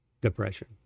depression